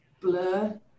blur